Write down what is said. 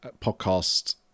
podcast